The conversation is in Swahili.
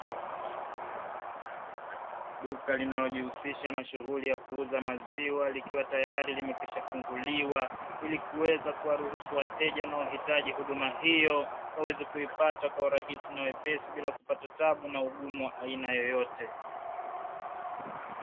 Duka linalojishughulisha na shughuli ya kuuza maziwa likiwa tayari limekwishafunguliwa, ili kuweza kuwaruhusu wateja wanaohitaji huduma hiyo, waweze kuipata kwa urahisi na wepesi bila kupata tabu na ugumu wa aina yeyote.